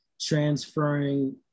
transferring